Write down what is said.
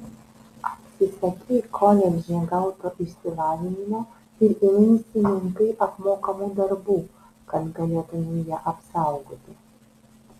atsisakei koledže gauto išsilavinimo ir ėmeisi menkai apmokamų darbų kad galėtumei ją apsaugoti